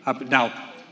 Now